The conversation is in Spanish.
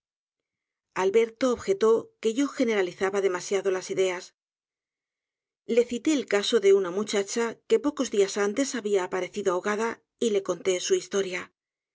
alberto objetó que yo generalizaba demasiado las ideas le cité el caso de una muchacha que pocos dias antes habia aparecido ahogada y le conté su historia